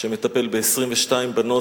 שמטפל ב-22 בנות,